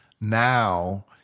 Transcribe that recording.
now